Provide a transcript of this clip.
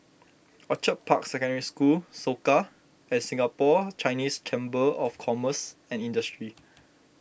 Orchid Park Secondary School Soka and Singapore Chinese Chamber of Commerce and Industry